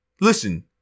listen